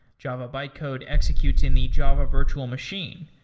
java bytecode executes in the java virtual machine,